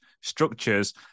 structures